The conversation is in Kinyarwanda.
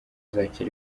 zacyo